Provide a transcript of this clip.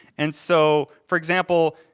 and so, for example,